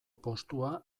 postua